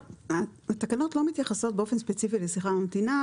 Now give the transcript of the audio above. התקנות לא מתייחסות באופן ספציפי לשיחה ממתינה,